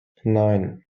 nein